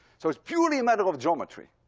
so it's purely a matter of geometry.